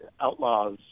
outlaws